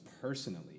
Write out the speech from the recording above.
personally